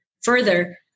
further